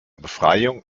befreiung